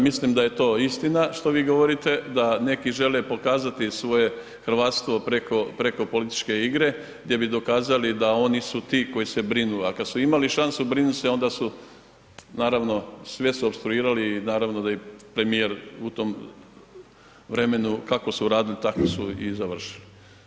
Mislim da je to istina, što vi govorite, da neki žele pokazati svoje hrvatstvo preko političke igre gdje bi dokazali da oni su ti koji se brinu, a kad su imali šansu brinuti se, onda su, naravno, sve su opstruirali, naravno da i premijer u tom vremenu, kako su radili, tako su i završili.